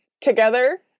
together